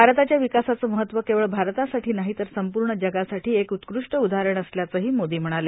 भारताच्या विकासाचं महत्व केवळ भारतासाठी नाही तर संपूर्ण जगासाठी एक उत्कृष्ट उदाहरण असल्याचंही मोदी म्हणाले